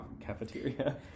cafeteria